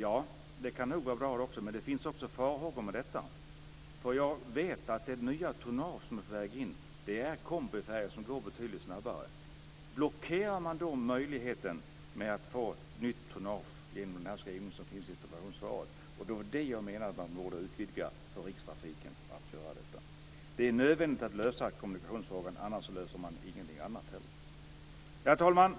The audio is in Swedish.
Ja, det kan nog vara bra men det finns också farhågor i det avseendet. Jag vet att det när det gäller det nya tonnage som är på väg in handlar om kombifärjor som går betydligt snabbare. Frågan är om man blockerar möjligheten att få nytt tonnage genom skrivningen i interpellationssvaret. Jag menar att det borde bli en utvidgning för Rikstrafiken. Det är nödvändigt att lösa kommunikationsfrågan. Om inte, löses ingenting annat heller. Herr talman!